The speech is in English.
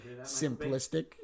simplistic